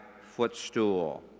footstool